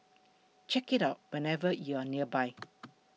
check it out whenever you are nearby